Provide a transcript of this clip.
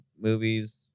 movies